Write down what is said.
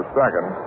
second